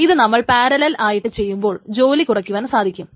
ഇത് നമ്മൾ പാരലൽ ആയിട്ട് ചെയ്യുമ്പോൾ ജോലി കുറക്കുവാൻ സാധിക്കും